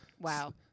Wow